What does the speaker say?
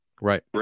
right